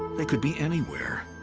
they could be anywhere.